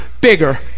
bigger